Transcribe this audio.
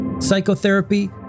Psychotherapy